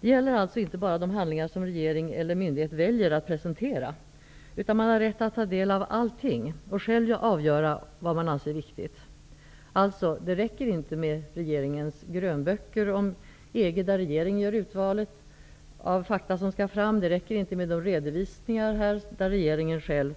Det gäller alltså inte bara de handlingar som regering eller myndighet väljer att presentera, utan man har rätt att ta del av allting och själv avgöra vad som är viktigt. Alltså: Det räcker inte med regeringens grönböcker om EG, där regeringen gör urvalet av fakta. Det räcker inte med redovisningar, där regeringen själv